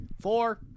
Four